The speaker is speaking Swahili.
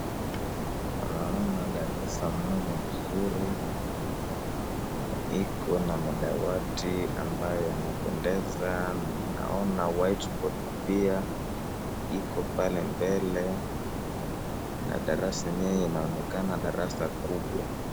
Naona darasa moja mzuri na iko na madawati ambayo yanapendeza na naona whiteboard pia iko pale mbele na darasa enyewe inaonekana darasa kubwa.